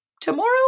tomorrow